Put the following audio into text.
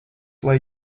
lai